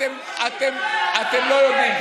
אתם לא יודעים.